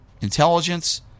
intelligence